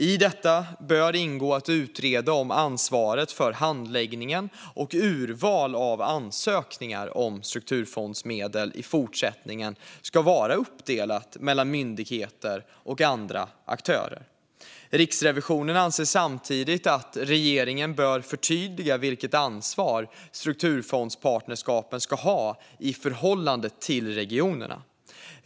I detta bör ingå att utreda om ansvaret för handläggningen och urvalet av ansökningar om strukturfondsmedlen i fortsättningen ska vara uppdelat mellan myndigheter och andra aktörer. Riksrevisionen anser samtidigt att regeringen bör förtydliga vilket ansvar strukturfondspartnerskapen ska ha i förhållande till regionerna.